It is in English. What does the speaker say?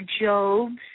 Job's